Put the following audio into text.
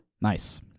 Nice